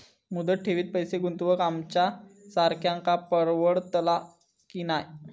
मुदत ठेवीत पैसे गुंतवक आमच्यासारख्यांका परवडतला की नाय?